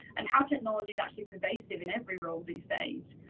and how technology is actually pervasive in every role these days.